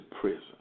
prison